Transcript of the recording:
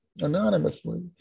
anonymously